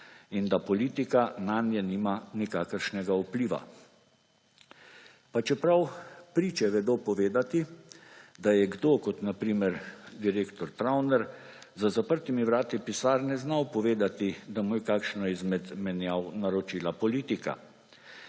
in da politika nanje nima nikakršnega vpliva. Pa čeprav priče vedo povedati, da je kdo, kot na primer direktor Travner, za zaprtimi vrati pisarne znal povedati, da mu je kakšno izmed menjav naročila politika.